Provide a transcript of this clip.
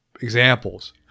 Examples